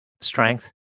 strength